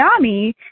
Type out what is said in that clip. tsunami